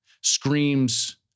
screams